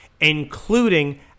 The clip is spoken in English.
including